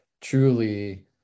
truly